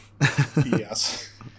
Yes